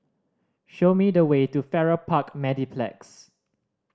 show me the way to Farrer Park Mediplex